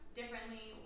differently